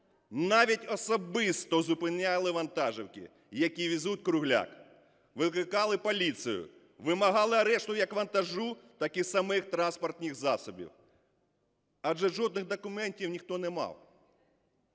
навіть особисто зупиняли вантажівки, які везуть кругляк, викликали поліцію, вимагали арешту, як вантажу, так і самих транспортних засобів. Адже жодних документів ніхто не мав.